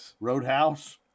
Roadhouse